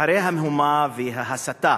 אחרי המהומה וההסתה